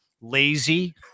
Lazy